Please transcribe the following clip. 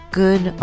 good